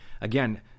Again